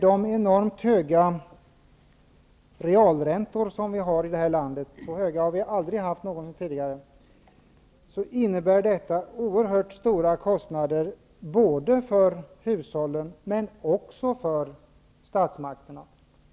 De enormt höga realräntor som vi har här i landet -- de har aldrig tidigare varit så höga -- innebär oerhört stora kostnader både för hushållen och för statsmakterna.